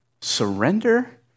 surrender